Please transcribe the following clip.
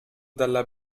dalla